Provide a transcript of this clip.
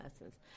lessons